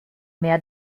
mehr